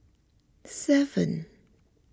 seven